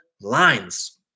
lines